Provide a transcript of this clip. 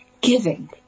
giving